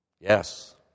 Yes